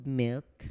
milk